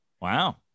Wow